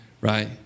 right